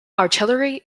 artillery